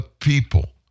people